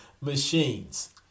machines